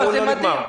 מדהים.